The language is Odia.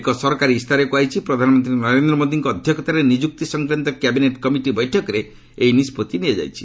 ଏକ ସରକାରୀ ଇସ୍ତାହାରରେ କୁହାଯାଇଛି ପ୍ରଧାନମନ୍ତ୍ରୀ ନରେନ୍ଦ୍ର ମୋଦୀଙ୍କ ଅଧ୍ୟକ୍ଷତାରେ ନିଯୁକ୍ତି ସଂକ୍ରାନ୍ତ କ୍ୟାବିନେଟ୍ କମିଟି ବୈଠକରେ ଏହି ନିଷ୍ପଭି ନିଆଯାଇଛି